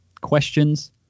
questions